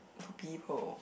to people